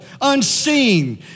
unseen